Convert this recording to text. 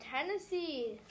Tennessee